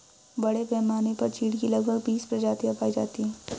बड़े पैमाने पर चीढ की लगभग बीस प्रजातियां पाई जाती है